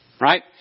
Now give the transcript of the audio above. Right